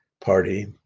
Party